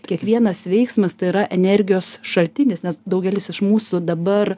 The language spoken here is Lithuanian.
kiekvienas veiksmas tai yra energijos šaltinis nes daugelis iš mūsų dabar